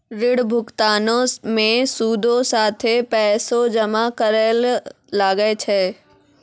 ऋण भुगतानो मे सूदो साथे पैसो जमा करै ल लागै छै